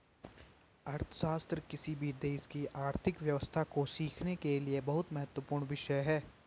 अर्थशास्त्र किसी भी देश की आर्थिक व्यवस्था को सीखने के लिए बहुत महत्वपूर्ण विषय हैं